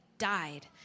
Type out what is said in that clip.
Died